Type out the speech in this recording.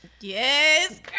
Yes